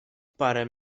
parę